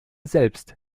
selbst